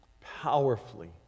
powerfully